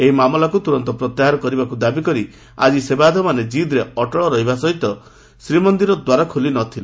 ଏହି ମାମଲାକୁ ତୁରନ୍ତ ପ୍ରତ୍ୟାହାର କରିବାକୁ ଦାବି କରି ଆଜି ସେବାୟତମାନେ ଜିଦ୍ରେ ଅଟଳ ରହିବା ସହିତ ଶ୍ରୀମନ୍ଦିରର ଦ୍ୱାର ଖୋଲି ନ ଥିଲେ